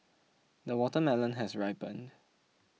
the watermelon has ripened